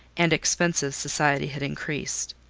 and expensive society had increased.